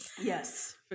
Yes